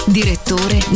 direttore